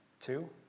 Two